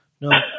No